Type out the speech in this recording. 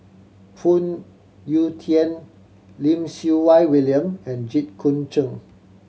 Phoon Yew Tien Lim Siew Wai William and Jit Koon Ch'ng